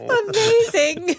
amazing